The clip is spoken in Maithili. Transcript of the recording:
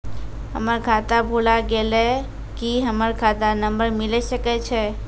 हमर खाता भुला गेलै, की हमर खाता नंबर मिले सकय छै?